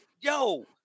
yo